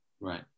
right